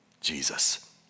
Jesus